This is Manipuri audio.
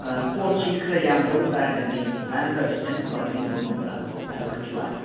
ꯄꯣꯠꯁꯤ ꯈꯔ ꯌꯥꯝꯅ ꯂꯧꯕ ꯇꯥꯔꯒꯗꯤ ꯑꯣꯖꯥꯅ ꯀꯟꯁꯦꯁꯟꯒꯨꯝꯕ ꯄꯤꯕꯤꯕ ꯉꯝꯕ꯭ꯔꯥ ꯑꯗꯨ ꯈꯛꯀꯤ ꯋꯥꯅꯤ